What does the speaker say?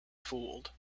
fooled